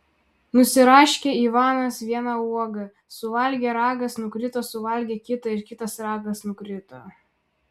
nusiraškė ivanas vieną uogą suvalgė ragas nukrito suvalgė kitą ir kitas ragas nukrito